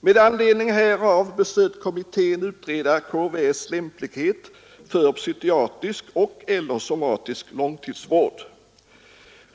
Med anledning härav beslöt kommittén utreda KVS:s lämplighet för psykiatrisk och/eller somatisk långtidsvård.